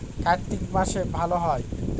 কার্তিক মাসে ভালো হয়?